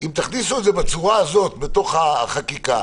אם תכניסו את זה בצורה הזאת בתוך החקיקה,